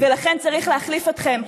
לכן צריך להחליף אתכם,